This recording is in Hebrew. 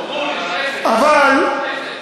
גורנישט, אפס.